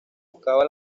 buscaba